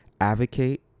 advocate